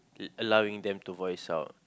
allowing them to voice out